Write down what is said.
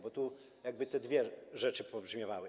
Bo tu jakby te dwie rzeczy pobrzmiewały.